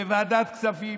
בוועדת כספים,